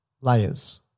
layers